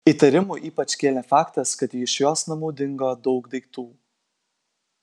įtarimų ypač kėlė faktas kad iš jos namų dingo daug daiktų